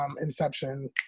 Inception